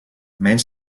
menys